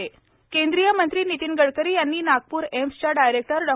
गडकरी केंद्रीय मंत्री नितीन गडकरी यांनी नागपुर एम्सच्या डायरेक्टर डॉ